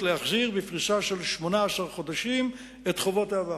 להחזיר בפריסה של 18 חודשים את חובות העבר.